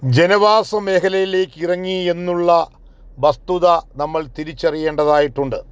ജനവാസമേഖലയിലേക്ക് ഇറങ്ങി എന്നുള്ള വസ്തുത നമ്മൾ തിരിച്ചറിയേണ്ടതായിട്ടുണ്ട്